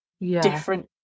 different